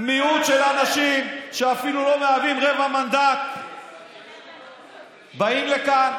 מיעוט של אנשים שאפילו לא מהווים רבע מנדט באים לכאן,